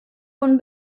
von